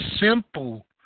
simple